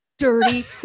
dirty